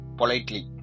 politely